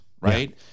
right